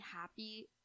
happy